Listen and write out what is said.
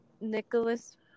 Nicholas